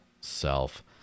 self